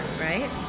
right